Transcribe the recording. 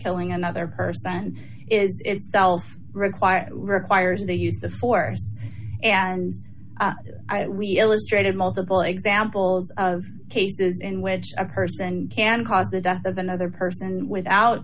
killing another person is itself required requires the use of force and we illustrated multiple examples of cases in which a person can cause the death of another person without